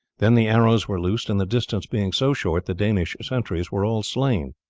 then the arrows were loosed, and the distance being so short the danish sentries were all slain.